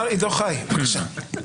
מר עידו חי, בבקשה.